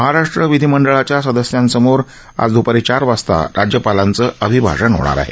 महाराष्ट्र विधीमंडळाच्या सदस्यांसमोर आज दुपारी चार वाजता राज्यपालांचं अभिभाषण होणार आहे